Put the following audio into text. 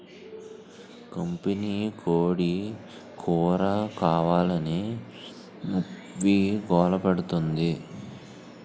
కంపినీకోడీ కూరకావాలని అమ్మి గోలపెడతాంది